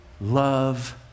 love